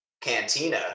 cantina